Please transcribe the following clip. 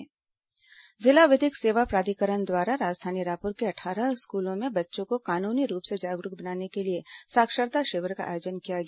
साक्षरता शिविर जिला विधिक सेवा प्राधिकरण द्वारा राजधानी रायपुर के अट्ठारह स्कूलों में बच्चों को कानूनी रूप से जागरूक करने के लिए साक्षरता शिविर का आयोजन किया गया